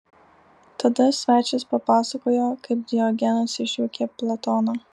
tada svečias papasakojo kaip diogenas išjuokė platoną